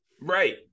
right